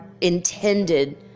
intended